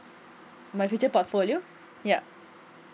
my future portfolio yup